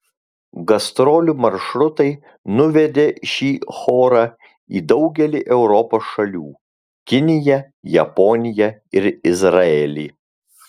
gastrolių maršrutai nuvedė šį chorą į daugelį europos šalių kiniją japoniją ir izraelį